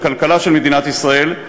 הכלכלה של מדינת ישראל,